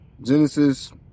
Genesis